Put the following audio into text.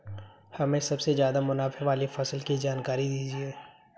हमें सबसे ज़्यादा मुनाफे वाली फसल की जानकारी दीजिए